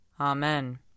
Amen